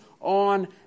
on